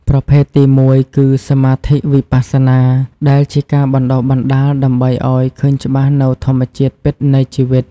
ប្រភេទទីមួយគឺ សមាធិវិបស្សនា ដែលជាការបណ្តុះបណ្តាលដើម្បីឱ្យឃើញច្បាស់នូវធម្មជាតិពិតនៃជីវិត។